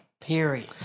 period